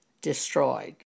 destroyed